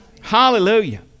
Hallelujah